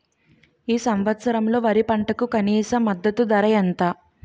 ఈ సంవత్సరంలో వరి పంటకు కనీస మద్దతు ధర ఎంత?